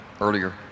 earlier